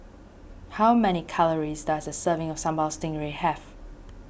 how many calories does a serving of Sambal Stingray have